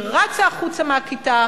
היא רצה החוצה מהכיתה,